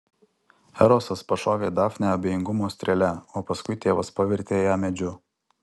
erosas pašovė dafnę abejingumo strėle o paskui tėvas pavertė ją medžiu